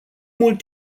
mult